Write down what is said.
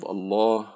Allah